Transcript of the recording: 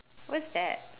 where's that